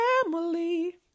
family